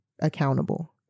accountable